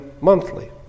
monthly